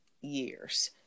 years